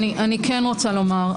אני כן רוצה לומר,